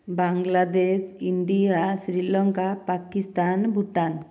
Bangladesh India Sri Lanka Pakistan Bhutan